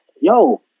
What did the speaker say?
yo